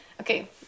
Okay